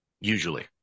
usually